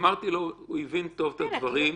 עליזה, אמרתי לו, הוא הבין טוב את הדברים.